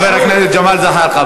חבר הכנסת זחאלקה,